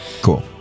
Cool